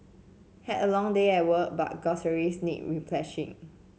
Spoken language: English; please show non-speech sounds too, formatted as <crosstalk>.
had a long day at work but groceries need <unintelligible>